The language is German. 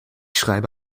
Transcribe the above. schreibe